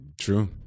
True